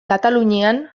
katalunian